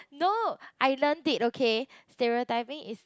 no I learned it okay stereotyping is